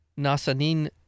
Nasanin